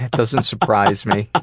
doesn't surprise me. ah